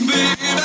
Baby